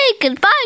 Goodbye